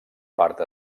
part